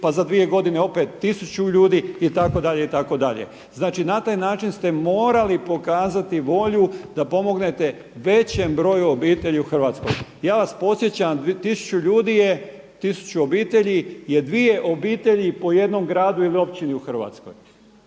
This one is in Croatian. pa za 2 godine opet 1000 ljudi itd. itd. Znači na taj način ste morali pokazati volju da pomognete većem broju obitelji u Hrvatskoj? Ja vas podsjećam, 1000 ljudi je, 1000 ljudi je dvije obitelji po jednom gradu ili općini u Hrvatskoj